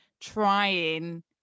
trying